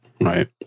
Right